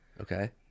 Okay